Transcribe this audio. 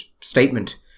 statement